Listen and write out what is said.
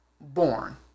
born